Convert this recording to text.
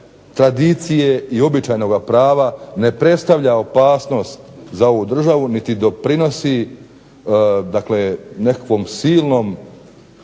tradicije i običajnog prava ne predstavlja opasnost za ovu državu niti doprinosi nekakvom silnoj